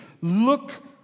Look